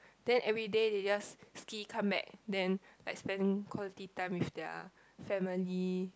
then every day they just ski come back then like spent quality time with their family